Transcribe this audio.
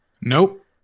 Nope